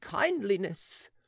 kindliness